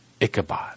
Ichabod